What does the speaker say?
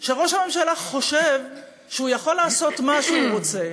שראש הממשלה חושב שהוא יכול לעשות מה שהוא רוצה,